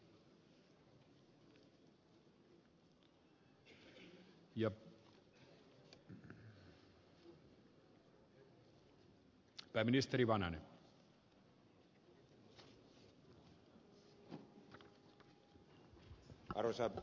arvoisa puhemies